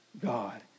God